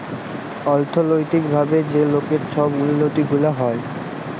অথ্থলৈতিক ভাবে যে লকের ছব উল্লতি গুলা হ্যয়